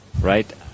Right